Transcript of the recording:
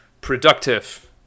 productive